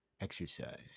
Exercise